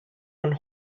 one